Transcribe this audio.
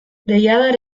deiadar